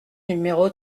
numéro